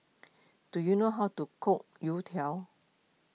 do you know how to cook Youtiao